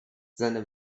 seine